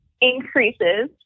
increases